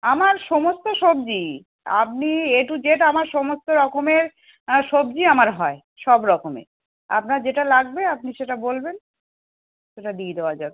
আমার সমস্ত সব্জি আপনি এ টু জেট আমার সমস্ত রকমের সবজি আমার হয় সব রকমে আপনার যেটা লাগবে আপনি সেটা বলবেন সেটা দিয়ে দেওয়া যাবে